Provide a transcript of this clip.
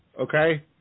Okay